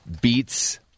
Beats